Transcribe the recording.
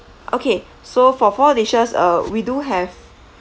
okay so for four dishes uh we do have